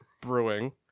Brewing